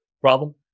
problem